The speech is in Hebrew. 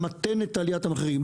למתן את עליית המחירים,